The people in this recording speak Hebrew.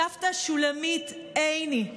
סבתא שולמית עיני,